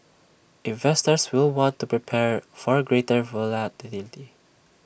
investors will want to prepare for greater volatility